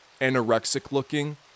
anorexic-looking